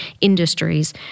industries